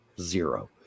zero